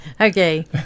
Okay